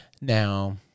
Now